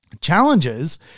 challenges